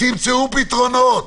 תמצאו פתרונות.